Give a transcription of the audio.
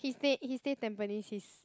he stay he stay Tampines East